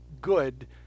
good